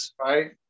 Right